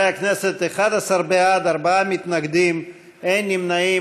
חברי הכנסת, 11 בעד, ארבעה מתנגדים, אין נמנעים.